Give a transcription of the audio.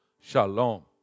Shalom